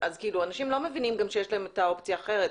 אנשים לא מבינים שיש להם את האופציה האחרת.